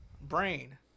brain